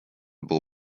było